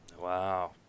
Wow